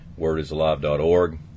wordisalive.org